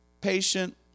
patient